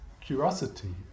curiosity